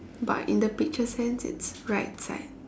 but in the picture sense it's right side